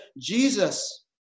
Jesus